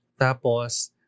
Tapos